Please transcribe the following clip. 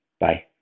Bye